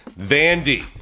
Vandy